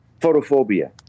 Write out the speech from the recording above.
Photophobia